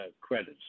credits